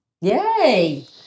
Yay